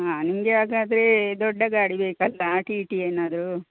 ಹಾಂ ನಿಮಗೆ ಹಾಗಾದರೆ ದೊಡ್ಡ ಗಾಡಿ ಬೇಕಲ್ಲಾ ಟಿ ಟಿ ಏನಾರು